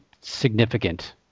significant